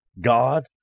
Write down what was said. God